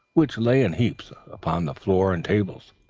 which lay in heaps upon the floor and tables.